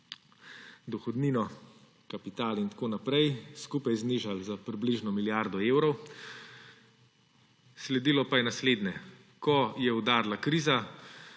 dohodnino, kapital in tako naprej, skupaj znižali za približno milijardo evrov, sledilo pa je naslednje. Ko je udarila kriza,